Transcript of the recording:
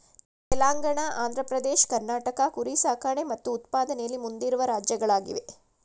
ತೆಲಂಗಾಣ ಆಂಧ್ರ ಪ್ರದೇಶ್ ಕರ್ನಾಟಕ ಕುರಿ ಸಾಕಣೆ ಮತ್ತು ಉತ್ಪಾದನೆಯಲ್ಲಿ ಮುಂದಿರುವ ರಾಜ್ಯಗಳಾಗಿವೆ